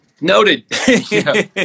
Noted